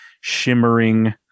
shimmering